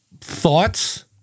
thoughts